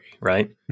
right